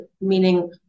meaning